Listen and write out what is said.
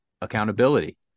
accountability